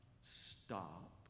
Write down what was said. stop